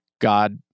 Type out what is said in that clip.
God